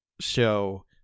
show